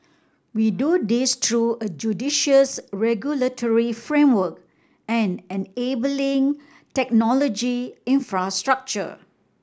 we do this through a judicious regulatory framework and enabling technology infrastructure